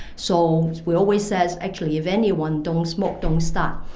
so we always says actually if anyone don't smoke, don't start.